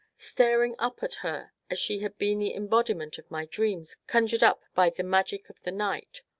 staring up at her as she had been the embodiment of my dreams conjured up by the magic of the night,